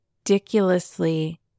ridiculously